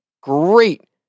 Great